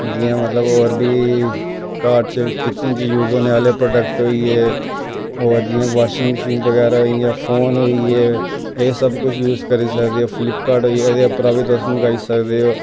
जियां मतलब होर बी घार च किचन च यूज होने आह्ले प्रडक्ट होइये होर जियां बाशिंग मशीन बगैरा होइये फोन होइये एह् सब यूज करी सकदेओ एह् फ्लिप कार्ट होइया उ'दे उप्परां बी तुस मंगाई सकदेओ